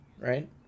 right